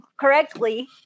correctly